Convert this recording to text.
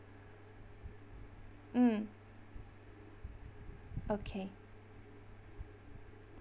mm okay